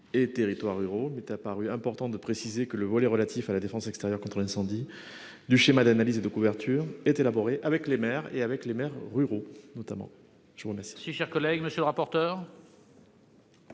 Et territoires ruraux m'est apparu important de préciser que le volet relatif à la défense extérieure. L'incendie du schéma d'analyse et de couverture est élaboré avec les maires et avec les maires ruraux notamment, je vous remercie.